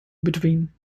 between